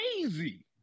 crazy